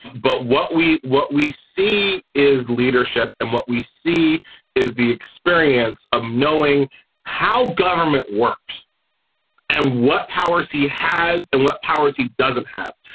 but what we what we see is leadership. and what we see is the experience of knowing how government works and what powers he has and what powers he doesn't have.